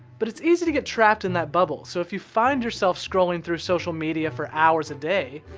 but it's easy to get trapped in that bubble. so if you find yourself scrolling through social media for hours a day,